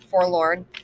Forlorn